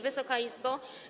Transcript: Wysoka Izbo!